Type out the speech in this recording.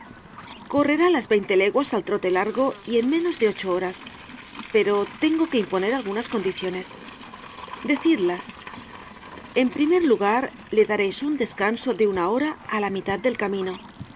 correrá las veinte leguas al trote largo y en menos de ocho horas pero tengo que imponer algunas condiciones decidlas en primer lugar le dareis un descanso de una hora á la mitad del camino